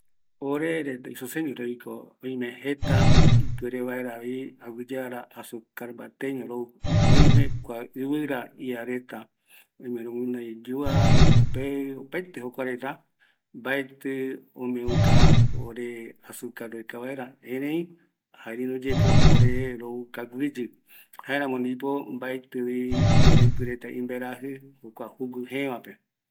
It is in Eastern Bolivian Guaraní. Ore isoseño reta roikova oime jeta aguiye ara azucar mbateño rou. Oime kua ɨvɨra iareta, oime roguinoi yua, iguope, opaete jokua reta, mbaetɨ omeuka ore azucar roeka vaera, erei iruyeko ore rou kaguiyɨ, jaeramo ndipo maetɨ oreɨpɨ reta imbaeraji, jokua jugui jeebape